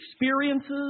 experiences